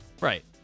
right